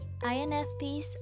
INFPs